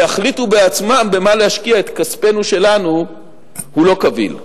ויחליטו בעצמם במה להשקיע את כספנו שלנו הוא לא קביל.